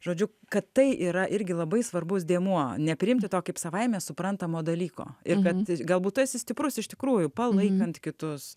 žodžiu kad tai yra irgi labai svarbus dėmuo nepriimti to kaip savaime suprantamo dalyko ir kad galbūt tu esi stiprus iš tikrųjų palaikant kitus